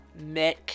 mick